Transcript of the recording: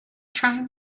trying